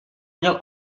měl